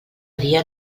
dia